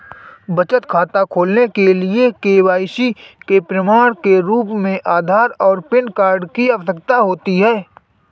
बचत खाता खोलने के लिए के.वाई.सी के प्रमाण के रूप में आधार और पैन कार्ड की आवश्यकता होती है